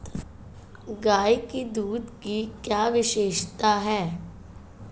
गाय के दूध की क्या विशेषता है?